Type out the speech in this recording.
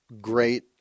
great